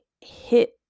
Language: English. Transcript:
hit